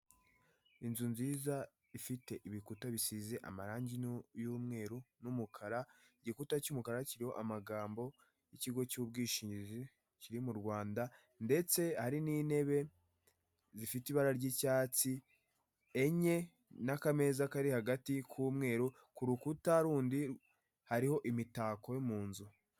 Inzu nziza ifite ibikuta bisize amarange y'umweru n'umukara igikuta cy'umukara kiriho amagambo y'ikigo cy'ubwishingizi kiri mu Rwanda, ndetse hari n'intebe zifite ibara ry'icyatsi enye n'akameza kari hagati, ku rukuta rundi hariho imitako yo mu nzu.